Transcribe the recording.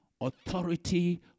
Authority